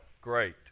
Great